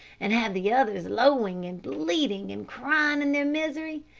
and have the others lowing, and bleating, and crying in their misery,